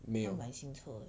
他买新车 leh